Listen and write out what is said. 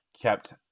kept